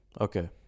Okay